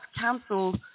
cancel